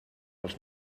els